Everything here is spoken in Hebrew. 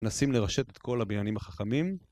מנסים לרשת את כל הבניינים החכמים